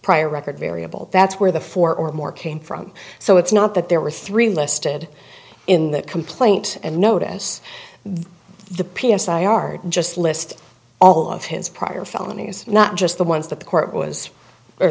prior record variable that's where the four or more came from so it's not that there were three listed in that complaint and notice the p s i i are just list all of his prior felony is not just the ones that the court was